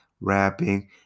rapping